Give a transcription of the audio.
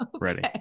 ready